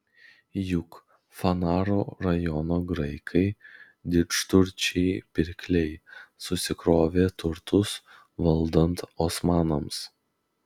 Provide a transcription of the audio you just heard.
juk fanaro rajono graikai didžturčiai pirkliai susikrovė turtus valdant osmanams